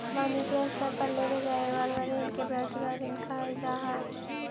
वनिजी स्तर पर लेवे जाए वाला ऋण के व्यक्तिगत ऋण कहल जा हई